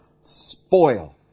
spoil